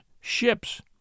ships